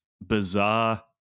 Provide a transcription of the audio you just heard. bizarre